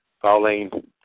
Pauline